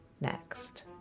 next